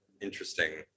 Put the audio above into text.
interesting